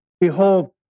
Behold